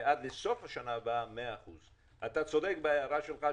ועד לסוף השנה הבאה 100%. אתה צודק בהערה שלך,